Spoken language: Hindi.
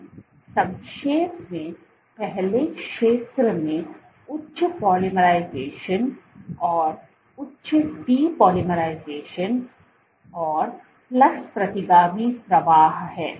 तो संक्षेप में पहले क्षेत्र में उच्च पोलीमराइजेशन और उच्च डी पोलीमराइजेशन और प्लस प्रतिगामी प्रवाह है